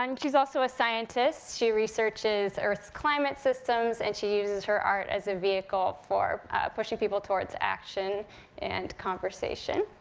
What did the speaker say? um she's also a scientist. she researches earth's climate systems, and she uses her art as a vehicle for pushing people towards action and conversation.